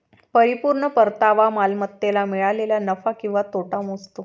परिपूर्ण परतावा मालमत्तेला मिळालेला नफा किंवा तोटा मोजतो